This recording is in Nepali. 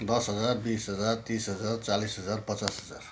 दस हजार बिस हजार तिस हजार चालिस हजार पचास हजार